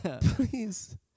Please